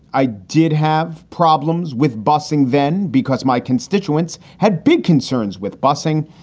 i did have problems with busing then because my constituents had big concerns with busing.